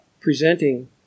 presenting